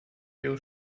ihre